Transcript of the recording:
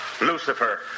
Lucifer